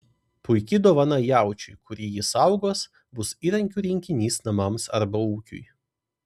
puiki dovana jaučiui kuri jį saugos bus įrankių rinkinys namams arba ūkiui